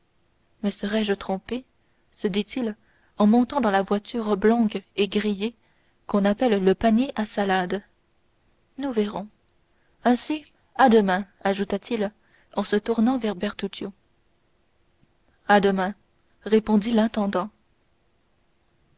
me serais-je trompé se dit-il en montant dans la voiture oblongue et grillée qu'on appelle le panier à salade nous verrons ainsi à demain ajouta-t-il en se tournant vers bertuccio à demain répondit l'intendant